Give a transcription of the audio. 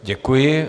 Děkuji.